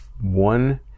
one